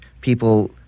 people